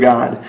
God